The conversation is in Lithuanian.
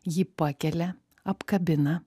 jį pakelia apkabina